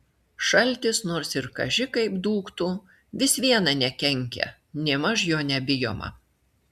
šaltis nors ir kaži kaip dūktų vis viena nekenkia nėmaž jo nebijoma